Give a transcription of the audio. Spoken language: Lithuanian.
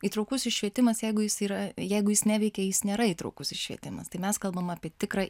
įtraukus įšvietimas jeigu jis yra jeigu jis neveikia jis nėra įtraukus įšvietimas tai mes kalbam apie tikrą